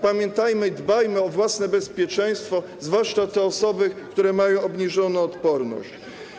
Pamiętajmy i dbajmy o własne bezpieczeństwo, zwłaszcza te osoby, które mają obniżoną odporność.